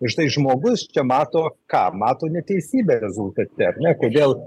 užtai žmogus čia mato ką mato neteisybę rezultate ar ne kodėl